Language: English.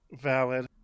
valid